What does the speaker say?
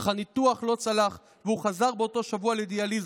אך הניתוח לא צלח והוא חזר באותו שבוע לדיאליזה,